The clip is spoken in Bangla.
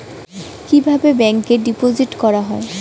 কিভাবে ব্যাংকে ডিপোজিট করা হয়?